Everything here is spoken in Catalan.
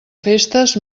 festes